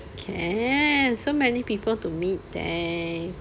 can so many poeple to meet there